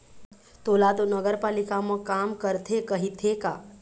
तोला तो नगरपालिका म काम करथे कहिथे का?